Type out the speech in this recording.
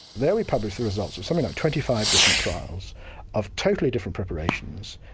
there we published the results of something like twenty five different trials of totally different preparations,